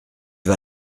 vas